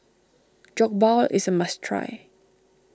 Jokbal is a must try